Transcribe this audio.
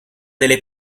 delle